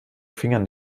fingern